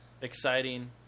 Exciting